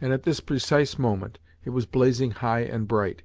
and at this precise moment it was blazing high and bright,